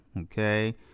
Okay